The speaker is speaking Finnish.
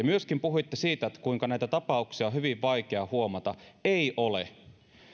myöskin puhuitte siitä kuinka näitä tapauksia on hyvin vaikea huomata ei ole